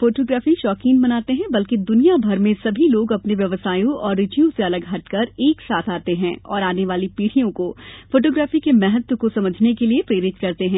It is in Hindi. फोटोग्राफी शौकीन मनाते हैं बल्कि द्निया भर में सभी लोग अपने व्यवसायों और रुचियों से अलग हटकर एक साथ आते हैं और आने वाली पीढ़ियों को फोटोग्राफी के महत्व को समझने के लिए प्रेरित करते हैं